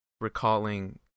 recalling